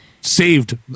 saved